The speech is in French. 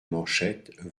manchettes